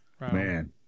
Man